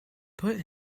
put